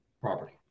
property